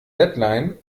deadline